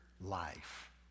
life